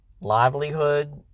livelihood